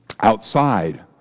outside